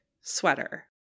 sweater